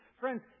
Friends